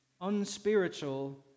unspiritual